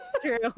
True